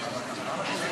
51 נגד.